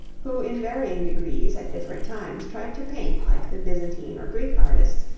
who in varying degrees at different times tried to paint like the byzantine or greek artists,